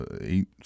eight